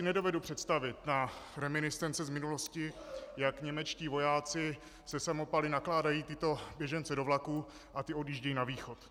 Nedovedu si představit na reminiscence z minulosti, jak němečtí vojáci se samopaly nakládají tyto běžence do vlaků a ty odjíždějí na východ.